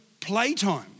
playtime